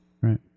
right